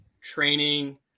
training